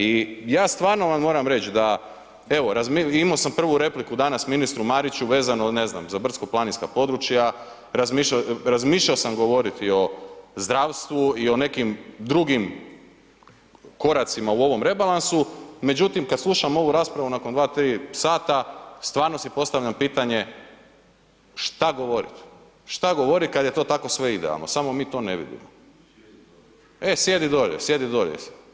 I ja stvarno vam moram reći da evo imao sam prvu repliku danas ministru Mariću vezano ne znam, za brdsko-planinska područja, razmišljao sam govoriti o zdravstvu i o nekim drugim koracima u ovom rebalansu, međutim kada slušam ovu raspravu nakon dva, tri sata stvarno si postavljam pitanje šta govoriti, šta govoriti kada je to sve tako idealno samo mi to ne vidimo. … [[Upadica se ne razumije.]] e sjedi dolje, sjedi dolje.